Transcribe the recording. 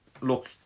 look